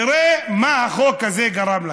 תראו למה החוק הזה גרם לכם,